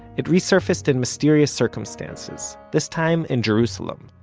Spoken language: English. it resurfaced in mysterious circumstances this time in jerusalem,